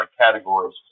categories